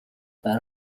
par